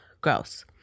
gross